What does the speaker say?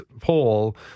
poll